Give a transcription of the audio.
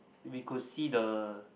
we could see the